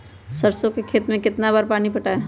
सरसों के खेत मे कितना बार पानी पटाये?